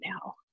now